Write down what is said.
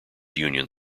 union